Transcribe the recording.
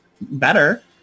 better